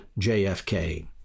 JFK